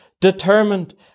determined